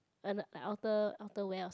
uh like outer~ outerwear or something